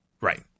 Right